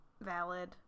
valid